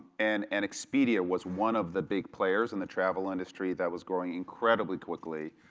and and expedia was one of the big players in the travel industry that was growing incredibly quickly.